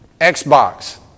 Xbox